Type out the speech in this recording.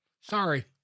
Sorry